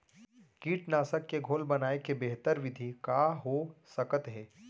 कीटनाशक के घोल बनाए के बेहतर विधि का हो सकत हे?